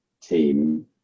team